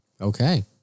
Okay